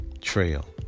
trail